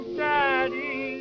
daddy